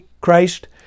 Christ